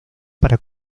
para